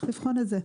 צריך לבחון את זה.